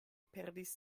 perdis